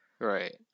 Right